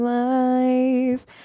life